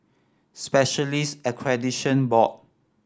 Specialist Accreditation Board